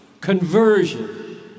conversion